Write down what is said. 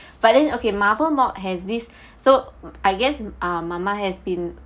but then okay marvel mop has this so I guess uh mama has been